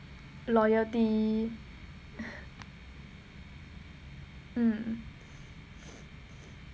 loyalty mm